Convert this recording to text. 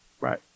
Right